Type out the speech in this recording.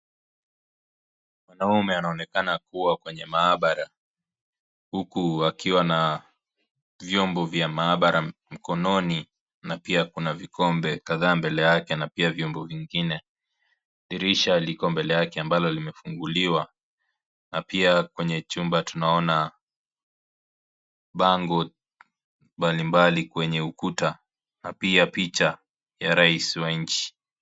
Mwanaume anaonekana kuwa kwenye maabara huku akiwa na vyombo vya maabara mkononi na pia kuna vikombe kadhaa mbele yake, na pia vyombo vingine. Dirisha liko mbele yake ambalo limefunguliwa, na pia kwenye chumba tunaona bango mbalimbali kwenye ukuta, na pia picha ya Rais wa nchi.